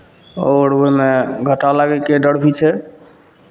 आओर ओहिमे घाटा लागयके डर भी छै